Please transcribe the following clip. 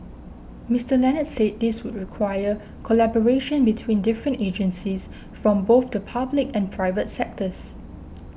Mister Leonard said this would require collaboration between different agencies from both the public and private sectors